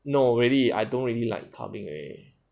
no really I don't really like clubbing already